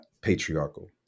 patriarchal